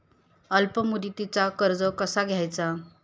अल्प मुदतीचा कर्ज कसा घ्यायचा?